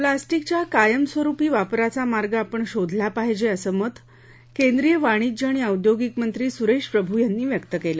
प्लॉस्टिकच्या कायमस्वरुपी वापराचा मार्ग आपण शोधला पाहिजे असं मत केंद्रीय वाणिज्य आणि औद्योगिक मंत्री सुरेश प्रभू व्यक्त केले